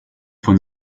von